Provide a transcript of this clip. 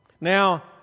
Now